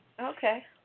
Okay